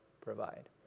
provide